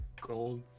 gold